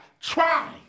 Try